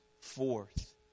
forth